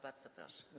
Bardzo proszę.